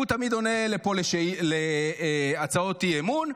הוא תמיד עונה פה להצעות אי-אמון,